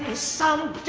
some